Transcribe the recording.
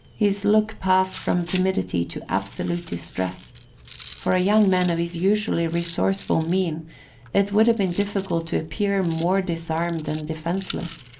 his look passed from timidity to absolute distress for a young man of his usually resourceful mien it would have been difficult to appear more disarmed and defenceless.